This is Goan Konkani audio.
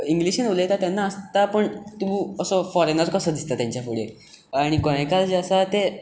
इंग्लीशींत उलयता तेन्ना आसता पूण तूं असो फोरेनर कसो दिसता तांच्या फुडें आनी गोंयकार जें आसा तें